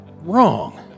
wrong